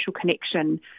connection